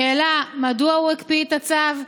השאלה: מדוע הוא הקפיא את הצו?